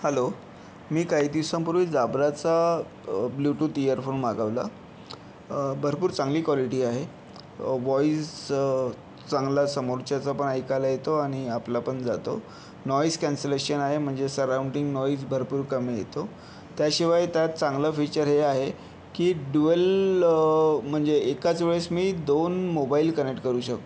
hello मी काही दिवसांपूर्वी जाबराचा ब्लूटूथ इयरफोन मागवला भरपूर चांगली क्वालिटी आहे व्हॉइस चांगला समोरच्याचा पण ऐकायला येतो आणि आपला पण जातो नॉईज कॅन्सलेशन आहे म्हणजे सराउंडिंग नॉईज भरपूर कमी येतो त्याशिवाय त्यात चांगलं फीचर हे आहे की डूअल म्हणजे एकाच वेळेस मी दोन मोबाईल कनेक्ट करू शकतो